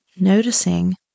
Noticing